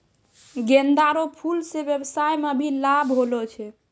गेंदा रो फूल से व्यबसाय मे भी लाब होलो छै